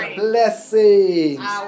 blessings